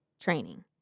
training